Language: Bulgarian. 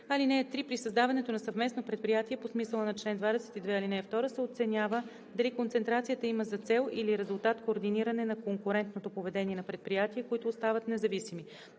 ал. 3: „(3) При създаването на съвместно предприятие по смисъла на чл. 22, ал. 2 се оценява дали концентрацията има за цел или резултат координиране на конкурентното поведение на предприятия, които остават независими.“